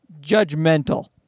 judgmental